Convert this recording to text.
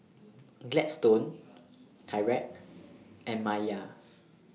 Gladstone Tyrek and Maia